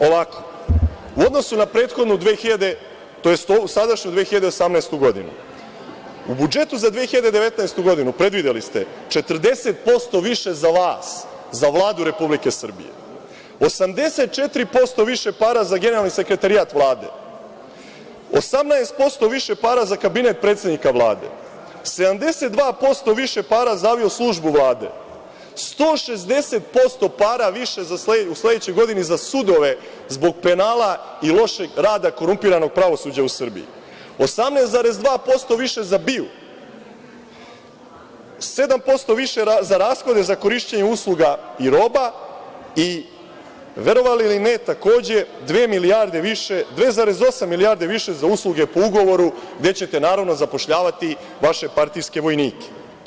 Ovako, u odnosu na prethodnu, tj. sadašnju 2018. godinu, u budžetu za 2019. godinu predvideli ste 40% više za vas, za Vladu Republike Srbije, 84% više para za generalni sekretarijat Vlade, 18% više para za Kabinet predsednika Vlade, 72% više para za avio službu Vlade, 160% para više u sledećoj godini za sudove zbog penala i lošeg rada korumpiranog pravosuđa u Srbiji, 18,2% više za BIA, 7% više za rashode za korišćenje usluga i roba i verovali ili ne, takođe 2,8 milijarde više za usluge po ugovoru, gde ćete naravno zapošljavati vaše partijske vojnike.